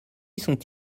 sont